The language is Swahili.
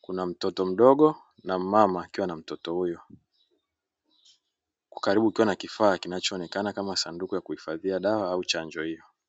kuna mtoto mdogo na mama akiwa na mtoto huyo. Karibu akiwa na kifaa kinachoonekana kama sanduku la kuhifadhia dawa au chanjo hiyo.